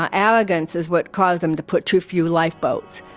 ah arrogance is what caused them to put too few lifeboats.